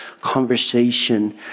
conversation